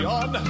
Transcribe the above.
on